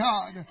God